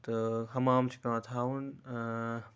تہٕ ہَمام چھُ پیٚوان تھاوُن تہٕ